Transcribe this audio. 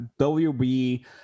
WB